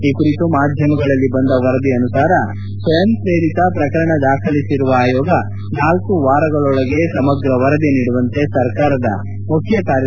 ಈ ಕುರಿತು ಮಾಧ್ಯಮಗಳಲ್ಲಿ ಬಂದ ವರದಿ ಅನುಸಾರ ಸ್ವಯಂ ಶ್ರೇರಿತ ಪ್ರಕರಣ ದಾಖಲಿಸಿರುವ ಆಯೋಗ ನಾಲ್ಕು ವಾರಗಳೊಳಗೆ ಸಮಗ್ರ ವರದಿ ನೀಡುವಂತೆ ಸರ್ಕಾರದ ಮುಖ್ಯ ಕಾರ್ಯದರ್ತಿಗೆ ನೋಟೀಸ್ ನೀಡಿದೆ